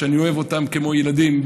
שאני אוהב אותם כמו ילדים,